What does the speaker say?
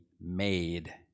made